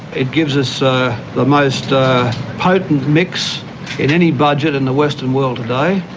it gives us ah the most potent mix in any budget in the western world today,